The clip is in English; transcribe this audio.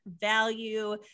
value